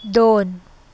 दोन